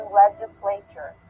legislature